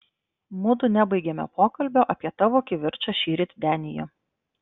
mudu nebaigėme pokalbio apie tavo kivirčą šįryt denyje